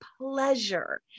pleasure